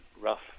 rough